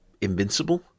invincible